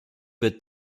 wird